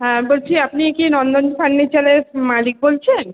হ্যাঁ বলছি আপনি কি নন্দন ফার্নিচারের মালিক বলছেন